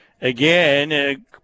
again